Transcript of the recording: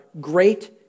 great